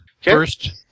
First